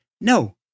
No